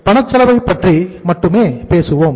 பணச் செலவை பற்றி மட்டுமே பேசுவோம்